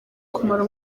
kumara